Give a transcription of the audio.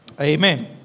Amen